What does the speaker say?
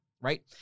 right